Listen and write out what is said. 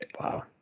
Wow